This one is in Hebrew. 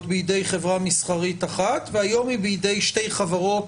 בידי חברה מסחרית אחת והיום היא בידי שתי חברות.